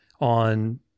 on